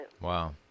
Wow